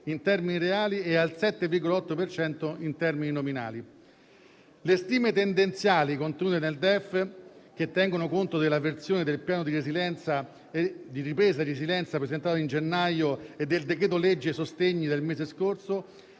in termini reali e al 7,8 per cento in termini nominali. Le stime tendenziali contenute nel DEF, che tengono conto della creazione del Piano di ripresa e resilienza presentato in gennaio e del decreto-legge sostegni del mese scorso,